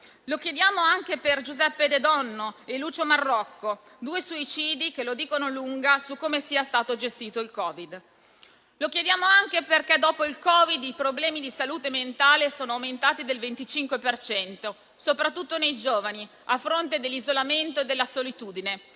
Lo chiediamo anche per Giuseppe De Donno e Lucio Marrocco, due suicidi che la dicono lunga su come sia stato gestito il Covid. Lo chiediamo anche perché dopo il Covid i problemi di salute mentale sono aumentati del 25 per cento, soprattutto nei giovani, a fronte dell'isolamento e della solitudine.